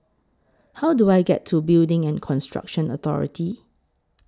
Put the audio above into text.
How Do I get to Building and Construction Authority